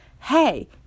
hey